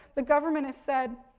the government has said,